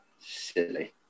Silly